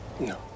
No